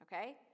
okay